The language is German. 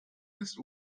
bis